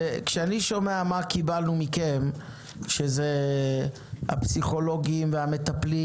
וכשאני שומע מה קיבלנו מכם שזה הפסיכולוגים והמטפלים